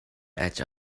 edge